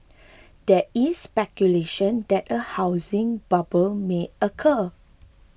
there is speculation that a housing bubble may occur